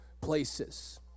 places